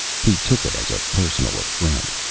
he took it as a personal affront.